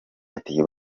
ati